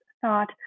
thought